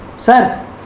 Sir